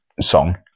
song